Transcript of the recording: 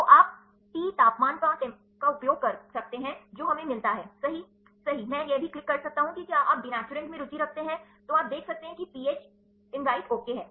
तो आप टी तापमान का उपयोग कर सकते हैं जो हमें मिलता है सही सही मैं यह भी क्लिक कर सकता हूँ कि क्या आप दिनैचुरैंट में रुचि रखते हैं तो आप देख सकते हैं कि पीएच इन राइट ओके है